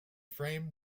frame